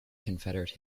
confederate